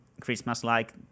Christmas-like